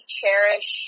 cherish